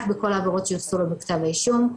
כל העבירות שייוחסו לו בכתב האישום,